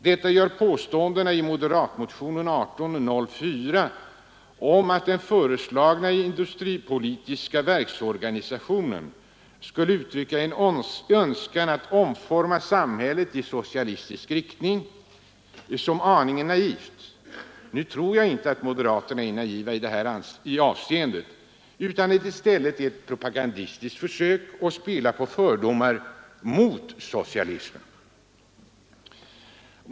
Detta gör att påståendena i moderatmotionen 1804 om att den föreslagna industripolitiska verksorganisationen skulle uttrycka en önskan att omforma samhället i socialistisk riktning framstår som aningen naiva. Nu tror jag inte att moderaterna är naiva i det här avseendet, utan att det i stället är ett propagandistiskt försök att spela på fördomar om socialismen.